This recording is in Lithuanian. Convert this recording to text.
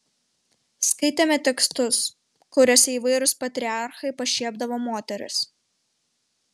skaitėme tekstus kuriuose įvairūs patriarchai pašiepdavo moteris